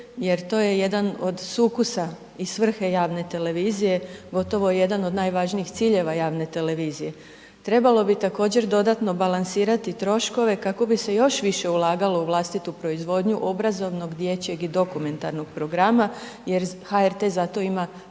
jer to je jedan od sukusa i svrhe javne televizije, gotovo jedan od najvažnijih ciljeva javne televizije. Trebalo bi također dodatno balansirat i troškove kako bi se još više ulagalo u vlastitu proizvodnju obrazovnog, dječjeg i dokumentarnog programa jer HRT za to ima